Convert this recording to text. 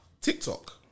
TikTok